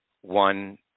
one